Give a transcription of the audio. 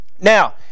Now